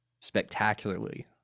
spectacularly